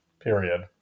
Period